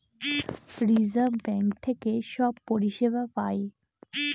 reserve bank থেকে সব পরিষেবা পায়